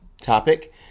topic